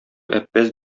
әппәз